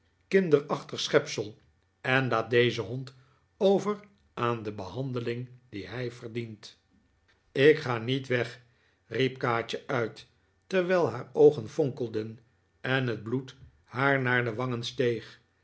kinderachtig schepsel en laat dezen hond over aan de toehandeling die hij vefdient ik ga niet weg riep kaatje uit terwijl haar oogen fonkelden en het bloed haar naar de wangen steeg